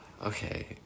Okay